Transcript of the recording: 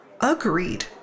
Agreed